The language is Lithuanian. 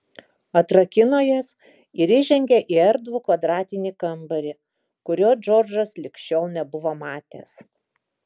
atrakino jas ir įžengė į erdvų kvadratinį kambarį kurio džordžas lig šiol nebuvo matęs